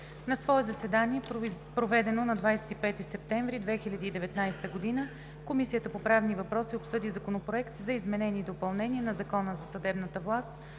На свое заседание, проведено на 25 септември 2019 г., Комисията по правни въпроси обсъди Законопроект за изменение и допълнение на Закона за съдебната власт,